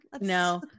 no